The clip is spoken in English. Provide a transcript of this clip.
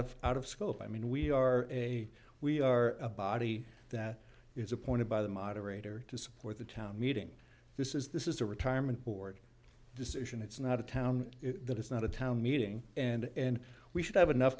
of out of scope i mean we are a we are a body that is appointed by the moderator to support the town meeting this is this is a retirement board decision it's not a town that it's not a town meeting and we should have enough